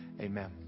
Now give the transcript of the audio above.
amen